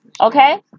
Okay